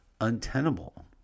untenable